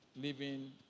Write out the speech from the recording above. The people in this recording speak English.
Living